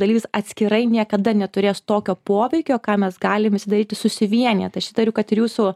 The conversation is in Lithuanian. dalyvis atskirai niekada neturės tokio poveikio ką mes galim visi daryti susivieniję tai aš įtariu kad ir jūsų